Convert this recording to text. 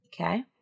Okay